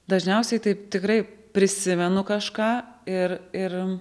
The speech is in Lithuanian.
dažniausiai taip tikrai prisimenu kažką ir ir